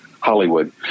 Hollywood